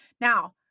Now